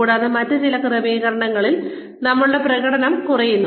കൂടാതെ മറ്റ് ചില ക്രമീകരണങ്ങളിൽ നമ്മളുടെ പ്രകടനം കുറയുന്നു